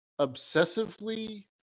obsessively